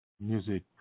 music